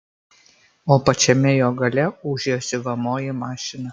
o pačiame jo gale ūžia siuvamoji mašina